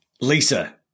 Lisa